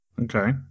Okay